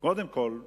קודם כול ברשות,